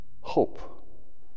hope